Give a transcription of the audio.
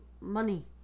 money